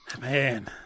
Man